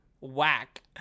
whack